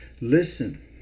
Listen